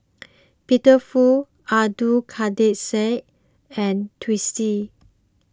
Peter Fu Abdul Kadir Syed and Twisstii